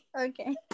Okay